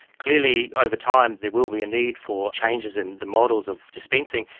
clearly over time there will be a need for changes in the models of dispensing,